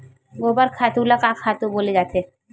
गोबर खातु ल का खातु बोले जाथे?